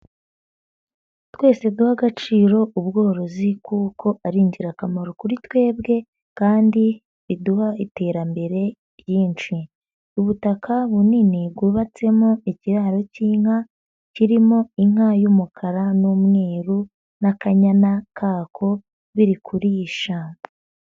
Twese duha agaciro ubworozi kuko ari ingirakamaro kuri twebwe kandi biduha iterambere ryinshi, ubutaka bunini bwubatsemo ikiraro cy'inka kirimo inka y'umukara n'umweru n'akanyana kako biri kurisha.